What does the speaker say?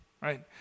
Right